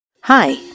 Hi